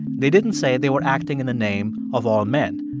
they didn't say they were acting in the name of all men.